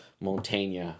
Montaigne